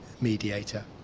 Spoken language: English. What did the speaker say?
mediator